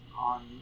on